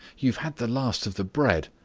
you have had the last of the bread,